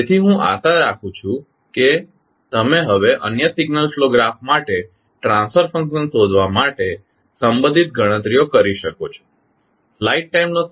તેથી હું આશા રાખું છું કે તમે હવે અન્ય સિગ્નલ ફ્લો ગ્રાફ માટે ટ્રાન્સફર ફંક્શન શોધવા માટે સંબંધિત ગણતરીઓ કરી શકો છો